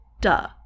duh